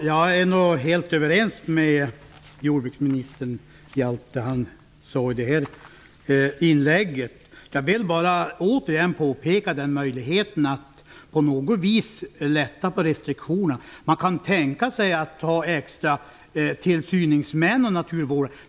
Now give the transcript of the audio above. Fru talman! Jag är helt överens med jordbruksministern om allt han sade i sitt inlägg. Jag vill bara återigen påpeka möjligheten att på något sätt lätta på restriktionerna. Man kan tänka sig att ha extra tillsyningsmän och naturvårdare.